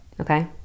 Okay